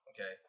Okay